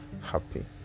happy